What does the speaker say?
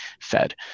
Fed